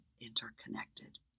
interconnected